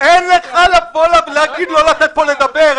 אין לך להגיד: לא לתת פה לדבר.